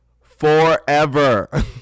Forever